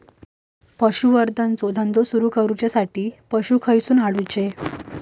पशुसंवर्धन चा धंदा सुरू करूच्या खाती पशू खईसून हाडूचे?